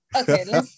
Okay